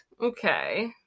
okay